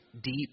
deep